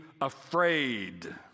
afraid